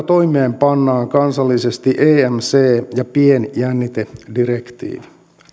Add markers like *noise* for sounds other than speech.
*unintelligible* toimeenpannaan kansallisesti emc ja pienjännitedirektiivi